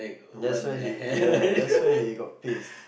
that's why ya that's why he got pissed